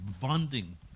bonding